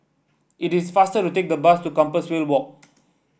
it is faster to take the bus to Compassvale Walk